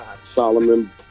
Solomon